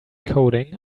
coding